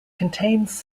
contains